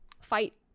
fight